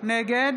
נגד